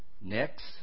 Next